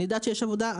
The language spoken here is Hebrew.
אני יודעת שיש עבודה,